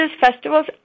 festivals